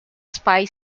spy